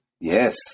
Yes